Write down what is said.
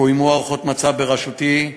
קוימו הערכות מצב בראשותי,